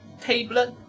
tablet